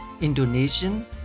Indonesian